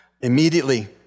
Immediately